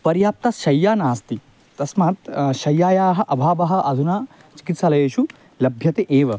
पर्याप्ता शैय्या नास्ति तस्मात् शैय्यायाः अभावः अधुना चिकित्सालयेषु लभ्यते एव